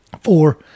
Four